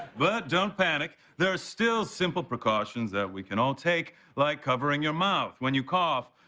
but don't panic. there's still simple precautions that we can all take like covering your mouth, when you cough,